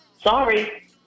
Sorry